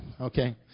Okay